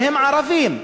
שהם ערבים,